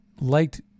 liked